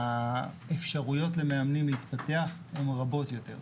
האפשרויות למאמנים להתפתח הן רבות יותר,